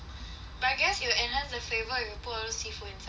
but I guess it will enhance the flavour if you put all the seafood inside